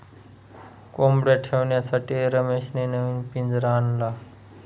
कोंबडया ठेवण्यासाठी रमेशने नवीन पिंजरा आणला